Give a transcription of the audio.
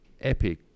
epic